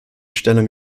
stellung